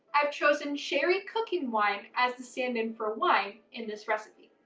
i've chosen sherry cooking wine as the stand-in for wine in this recipe.